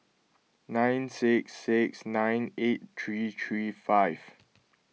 nine six six nine eight three three five